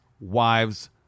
wives